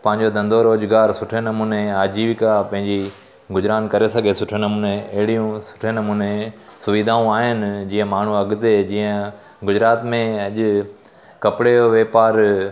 पंहिंजो धंधो रोज़गारु सुठे नमूने आजीविका पंहिंजी गुज़िरान करे सघे सुठे नमूने अहिड़ियूं सुठे नमूने सुविधाऊं आहिनि जीअं माण्हू अॻिते जीअं गुजरात में अॼु कपिड़े जो वापारु